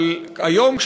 אבל היום,